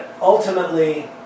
ultimately